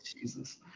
Jesus